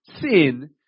sin